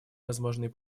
возможные